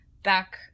back